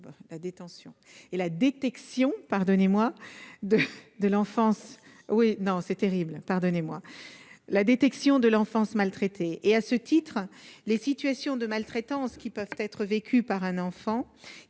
la détection de l'enfance maltraitée. Et à ce titre, les situations de maltraitance qui peuvent être vécues par un enfant,